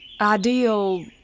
Ideal